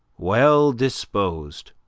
well disposed,